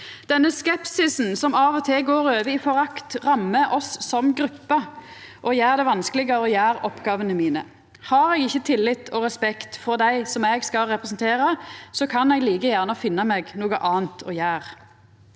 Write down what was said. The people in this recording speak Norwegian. Denne skepsisen, som av og til går over i forakt, rammar oss som gruppe og gjer det vanskelegare å gjera oppgåvene mine. Har eg ikkje tillit og respekt frå dei eg skal representera, kan eg like gjerne finna meg noko anna å gjera.